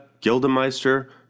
Gildemeister